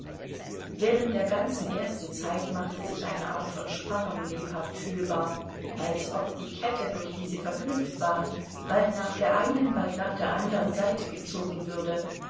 während der ganzen ersten zeit machte sich eine art von spannung lebhaft fühlbar als ob die kette durch die sie verknüpft waren bald nach der einen bald nach der andern seite gezogen würde